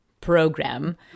program